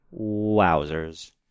Wowzers